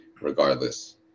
regardless